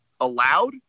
allowed